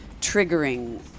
triggering